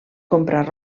comprar